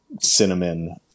cinnamon